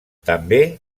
també